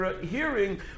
Hearing